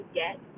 get